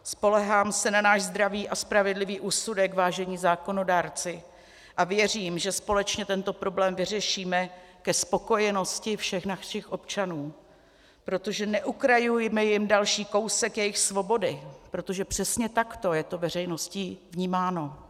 Spoléhám se náš zdravý a spravedlivý úsudek, vážení zákonodárci, a věřím, že společně tento problém vyřešíme ke spokojenosti všech našich občanů, protože neukrajujme jim další kousek jejich svobody, protože přesně tak to je veřejností vnímáno.